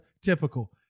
typical